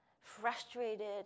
frustrated